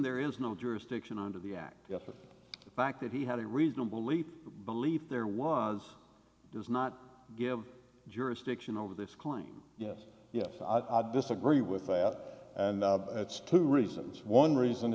there is no jurisdiction under the act the fact that he had a reasonable leap belief there was does not give jurisdiction over this claim yes yes i disagree with that and it's two reasons one reason